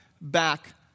back